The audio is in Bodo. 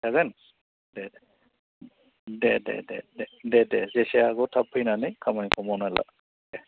जागोन दे दे दे दे दे दे दे जेसे हागौ थाब फैनानै खामानिखौ मावना ला दे